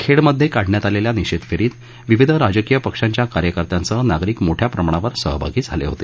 खेडमध्ये काढण्यात आलेल्या निषेध फेरीत विविध राजकीय पक्षांच्या कार्यकर्त्यांसह नागरिक मोठ्या प्रमाणावर सहभागी झाले होते